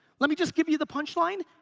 let me just give you the punchline.